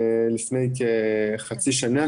הגעתי לא ממש בהתחלה,